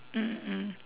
mm mm